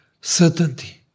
certainty